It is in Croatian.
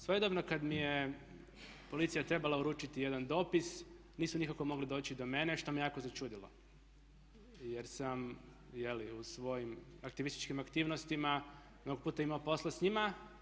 Svojedobno kad mi je policija trebala uručiti jedan dopis nisu nikako doći do mene što me je jako začudilo, jer sam je li u svojim aktivističkim aktivnostima mnogo puta imao posla s njima.